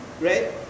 right